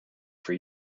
for